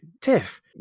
tiff